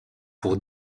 pour